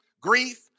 grief